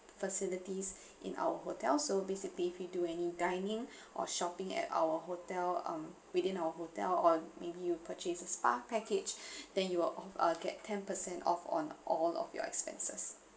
facilities in our hotel so basically if you do any dining or shopping at our hotel um within our hotel or maybe you purchase a spa package then you are off uh get ten percent off on all of your expenses